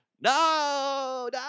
no